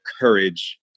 courage